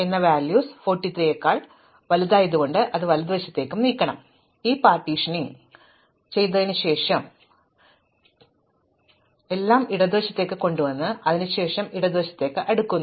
അതിനാൽ ഞാൻ ഈ പാർട്ടീഷനിംഗ് നടത്തുന്നു ഈ പാർട്ടീഷനിംഗ് ഞാൻ എങ്ങനെ ചെയ്യും നന്നായി ഞാൻ ഒരു തരം അതിനാൽ ഞാൻ എല്ലാം ഇടതുവശത്തേക്ക് കൊണ്ടുവന്നു അതിനുശേഷം ഞാൻ ഇടത് വശത്ത് അടുക്കുന്നു